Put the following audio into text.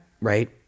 right